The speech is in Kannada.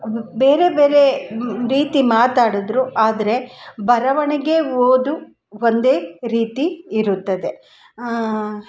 ಬೇರೆ ಬೇರೇ ರೀತಿ ಮಾತಾಡಿದ್ರು ಆದರೆ ಬರವಣಿಗೆ ಓದು ಒಂದೇ ರೀತಿ ಇರುತ್ತದೆ ಆಂ